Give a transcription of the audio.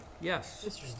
Yes